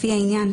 לפי העניין,